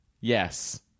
Yes